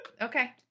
okay